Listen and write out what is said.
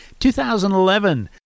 2011